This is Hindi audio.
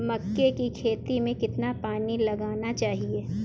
मक्के की खेती में कितना पानी लगाना चाहिए?